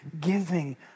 giving